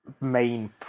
main